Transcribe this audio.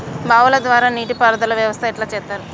బావుల ద్వారా నీటి పారుదల వ్యవస్థ ఎట్లా చేత్తరు?